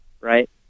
Right